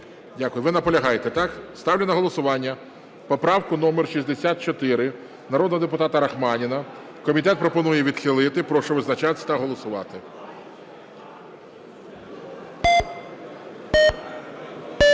Дякую. Ви наполягаєте, так? Ставлю на голосування поправку номер 64 народного депутата Рахманіна. Комітет пропонує відхилити. Прошу визначатись та голосувати.